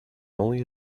only